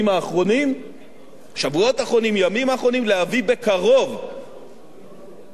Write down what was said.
בשבועות האחרונים, להביא בקרוב חבילת צעדים